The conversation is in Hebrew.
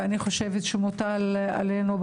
ואני חושבת שמוטל עלינו,